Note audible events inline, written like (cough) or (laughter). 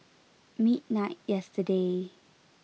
(noise) midnight yesterday